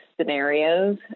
scenarios